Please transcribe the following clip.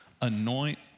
anoint